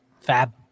Fab